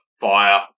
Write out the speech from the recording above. fire